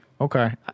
Okay